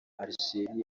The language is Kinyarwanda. algeria